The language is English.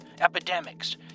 epidemics